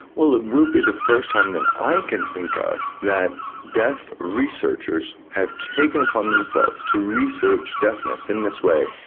well it will be the first time that i can think of that deaf researchers have taken upon themselves to research deafness in this way.